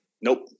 Nope